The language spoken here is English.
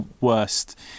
worst